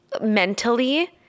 mentally